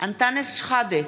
אנטאנס שחאדה,